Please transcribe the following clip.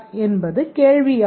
என்பது கேள்வியாகும்